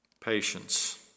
Patience